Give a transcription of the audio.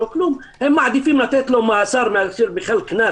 מעדיפים לתת לו מאסר ולא קנס.